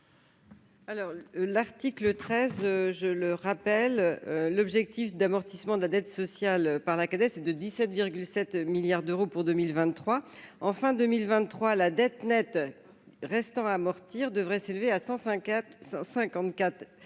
l'article 13, je le rappelle l'objectif d'amortissement de la dette sociale par la caisse et de 17 7 milliards d'euros pour 2023 en fin 2023 la dette nette restant à amortir devrait s'élever à 104 54 virgule